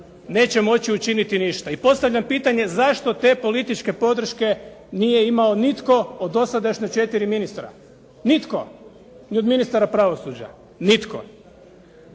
neće moći učiniti ništa. I postavljam pitanje zašto te političke podrške nije imao nitko od dosadašnja četiri ministra. Nitko. Ni od ministara pravosuđa. Nitko.